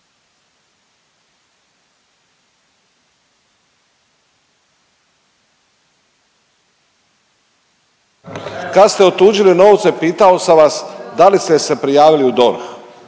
Kad ste otuđili novce pitao sam vas da li ste se prijavili u DORH